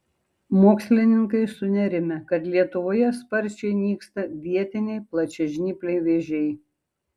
mokslininkai sunerimę kad lietuvoje sparčiai nyksta vietiniai plačiažnypliai vėžiai